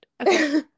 Okay